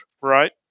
right